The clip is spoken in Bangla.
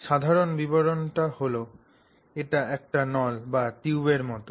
সাধারণ বিবরণটি হল এটি একটি নল বা টিউবের মতো